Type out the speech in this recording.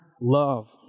love